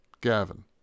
Gavin